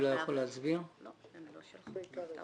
רוצה להסביר את הסיטואציה